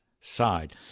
side